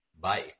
Bye